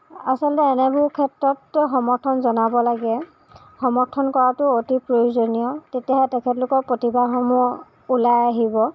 আচলতে এনেবোৰ ক্ষেত্ৰত সমৰ্থন জনাব লাগে সমৰ্থন কৰাটো অতি প্ৰয়োজনীয় তেতিয়াহে তেখেতলোকৰ প্ৰতিভাসমূহ ওলাই আহিব